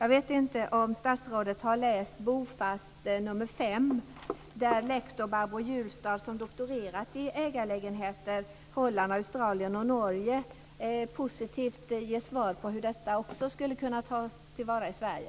Jag vet inte om statsrådet har läst tidningen Bo Fast nr 5, där lektor Barbro Julstad som doktorerat i ägarlägenheter i Holland, Australien och Norge ger positivt besked om hur ägarlägenheter skulle kunna tillämpas också i Sverige.